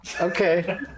Okay